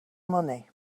money